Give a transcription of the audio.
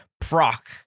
Proc